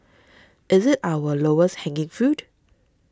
is it our lowest hanging fruit